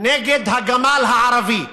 נגד הגמל הערבי.